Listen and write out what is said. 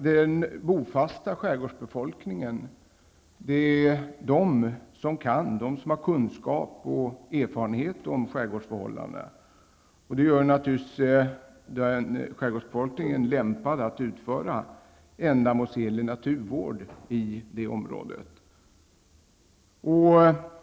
Dessa människor är de som har kunskap om och erfarenheter av skärgårdsförhållandena. Det gör naturligtvis skärgårdsbefolkningen lämpad att utföra ändamålsenlig naturvård i området.